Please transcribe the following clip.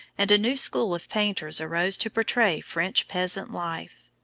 and a new school of painters arose to portray french peasant life.